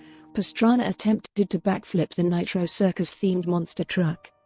pastrana attempted to backflip the nitro circus-themed monster truck.